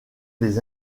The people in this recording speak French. les